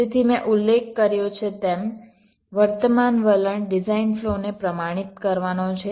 તેથી મેં ઉલ્લેખ કર્યો છે તેમ વર્તમાન વલણ ડિઝાઇન ફ્લોને પ્રમાણિત કરવાનો છે